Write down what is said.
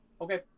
okay